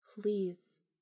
Please